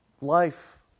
Life